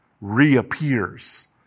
reappears